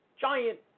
Giant